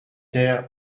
ter